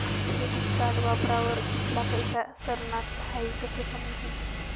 credit card वापरावर कित्ला पैसा सरनात हाई कशं समजी